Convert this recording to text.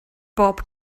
bob